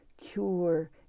cure